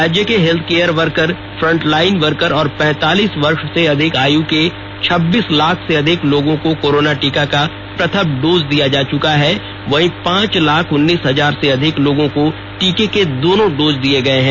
राज्य के health care worker front line worker और पैंतालीस वर्ष से अधिक आयु के छब्बीस लाख से अधिक लोगों को कोरोना टीका का प्रथम डोज दिया जा चुका है वहीं पांच लाख उन्नीस हजार से अधिक लोगों को टीके के दोनों डोज दिए गए हैं